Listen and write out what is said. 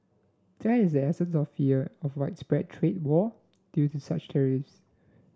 that is essence of fear of widespread trade war due to such tariffs